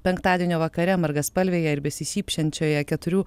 penktadienio vakare margaspalvėje ir besišypsančioje keturių